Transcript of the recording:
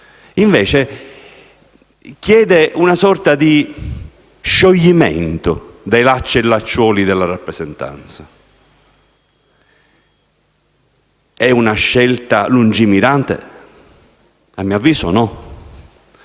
invece chiede una sorta di scioglimento dai lacci e lacciuoli della rappresentanza. È una scelta lungimirante? A mio avviso no.